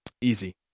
Easy